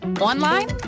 Online